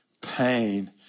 pain